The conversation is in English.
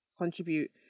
contribute